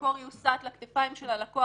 כשהזרקור יוסט לכתפיים של הלקוח,